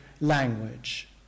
language